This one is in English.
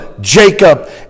Jacob